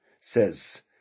says